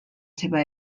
seva